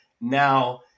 now